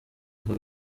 aka